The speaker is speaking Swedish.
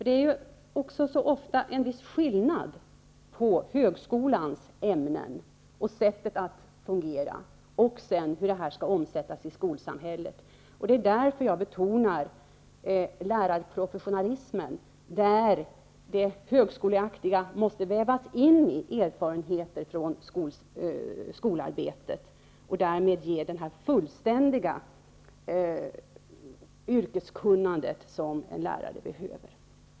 Det är ofta en viss skillnad på högskolans ämnen och sättet att fungera och hur dessa sedan skall omsättas i skolsamhället. Det är därför som jag betonar lärarprofessionalismen, där det högskoleaktiga måste vävas in i erfarenheter från skolarbetet och därmed ge det fullständiga yrkeskunnande som en lärare behöver.